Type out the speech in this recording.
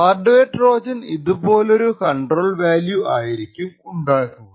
hardware trojan ഇതുപോലൊരു control value ആയിരിക്കും ഉണ്ടാക്കുക